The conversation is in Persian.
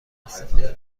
استفاده